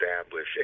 establish